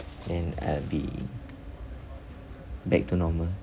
and I'll be back to normal